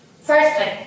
Firstly